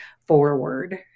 forward